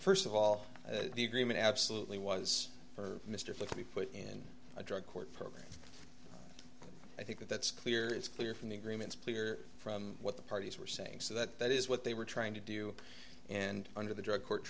first of all the agreement absolutely was for mr flynn to be put in a drug court program i think that's clear it's clear from the agreements pleader from what the parties were saying so that that is what they were trying to do and under the drug court